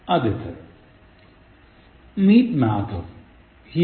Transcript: ആദ്യത്തേത് Meet Madhav